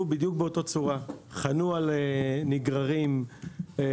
בדיוק באותה צורה: חנו על נגררים ביבשה,